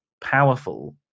powerful